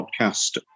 podcast